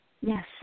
Yes